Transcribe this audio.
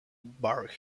bury